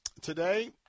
today